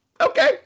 okay